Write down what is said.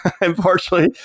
unfortunately